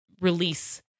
release